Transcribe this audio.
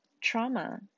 trauma